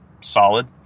solid